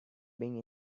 being